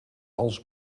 als